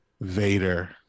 Vader